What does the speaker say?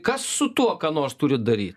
kas su tuo ką nors turi daryt